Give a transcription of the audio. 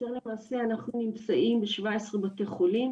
שלמעשה אנחנו נמצאים בשבע עשרה בתי חולים,